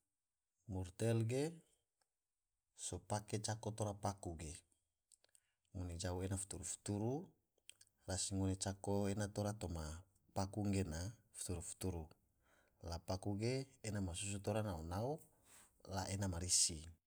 Murtel ge so pake cako tora paku ge, ngone jau ea futuru-futuru rasi ngone cako ena tora toma paku gena futuru-futuru, la paku ge ena masusu tora nao-nao la ena ma risi.